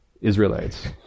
Israelites